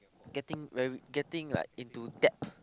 getting very getting like into debt